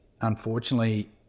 unfortunately